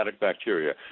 bacteria